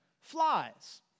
flies